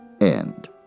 end